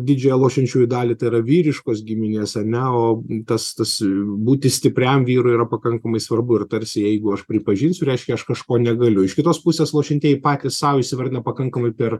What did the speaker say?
didžiąją lošiančiųjų dalį tai yra vyriškos giminės ane o tas tas būti stipriam vyrui yra pakankamai svarbu ir tarsi jeigu aš pripažinsiu reiškia aš kažko negaliu iš kitos pusės lošiantieji patys sau įsivardina pakankamai per